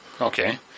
Okay